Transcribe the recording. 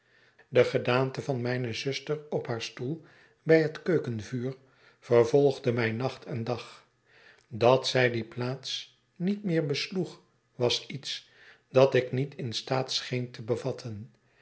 de gedaante van mijne zusterop haar stoel bij het keukenvuur vervolgde mij nacht en dag dat zij die plaats niet meer besloeg was iets dat ik niet in staat scheen te bevatten